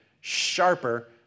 sharper